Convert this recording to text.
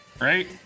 Right